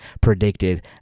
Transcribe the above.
predicted